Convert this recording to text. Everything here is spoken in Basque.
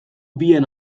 bien